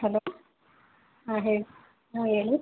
hello ಹಾಂ ಹೇಳಿ ಹಾಂ ಹೇಳಿ